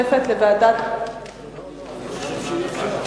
(הגבלה של מכירת משקאות משכרים),